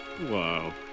Wow